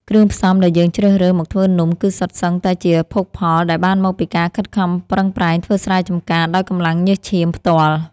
គ្រឿងផ្សំដែលយើងជ្រើសរើសមកធ្វើនំគឺសុទ្ធសឹងតែជាភោគផលដែលបានមកពីការខិតខំប្រឹងប្រែងធ្វើស្រែចំការដោយកម្លាំងញើសឈាមផ្ទាល់។